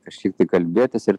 kažkiek tai kalbėtis ir